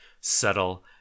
subtle